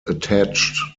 attached